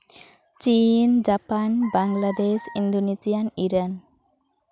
ᱪᱤᱱ Japan Bangladesh Indonesian ᱤᱨᱟᱱ